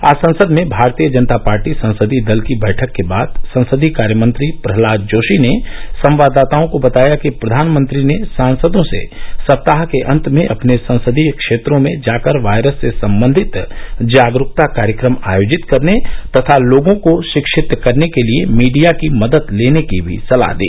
आज संसद में भारतीय जनता पार्टी संसदीय दल की बैठक के बाद संसदीय कार्यमंत्री प्रहलाद जोशी ने संवाददाताओं को बताया कि प्रवानमंत्री ने सांसदों से सप्ताह के अंत में अपने संसदीय क्षेत्रों में जाकर वायरस से संबंधित जागरूकता कार्यक्रम आयोजित करने तथा लोगों को शिक्षित करने के लिए मीडिया की मदद लेने की भी सलाह दी